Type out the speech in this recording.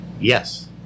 Yes